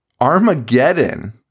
Armageddon